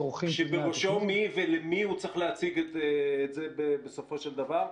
--- כשבראשו מי ולמי הוא צריך את זה בסופו של דבר?